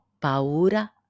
paura